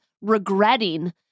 regretting